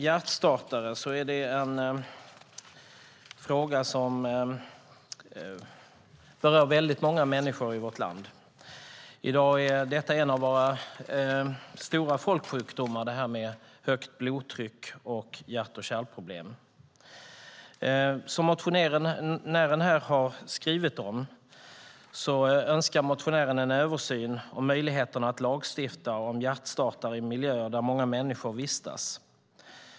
Hjärtstartare är en fråga som berör många människor i vårt land. I dag är högt blodtryck och hjärt och kärlproblem en av våra stora folksjukdomar. Som motionären har skrivit önskar han en översyn om möjligheten att lagstifta om hjärtstartare i miljöer där många människor vistas.